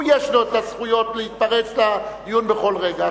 הוא, יש לו את הזכויות להתפרץ לדיון בכל רגע.